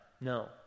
No